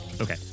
Okay